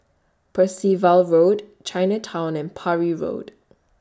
Percival Road Chinatown and Parry Road